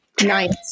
Nice